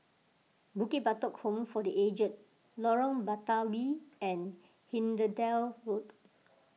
Bukit Batok Home for the Aged Lorong Batawi and Hindhede Road